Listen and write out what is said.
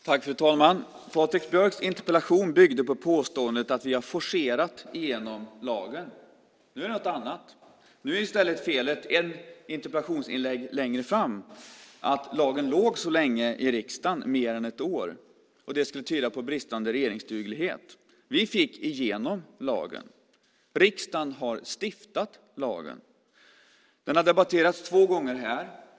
Fru talman! Patrik Björcks interpellation byggde på påståendet att vi har forcerat igenom lagen. Nu är det något annat. Nu, ett interpellationsinlägg längre fram, är i stället felet att lagen låg så länge i riksdagen, mer än ett år. Det skulle tyda på bristande regeringsduglighet. Vi fick igenom lagen. Riksdagen har stiftat lagen. Den har debatterats två gånger här.